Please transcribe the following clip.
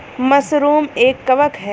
mushroom एक कवक है